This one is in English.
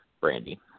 Brandy